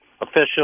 official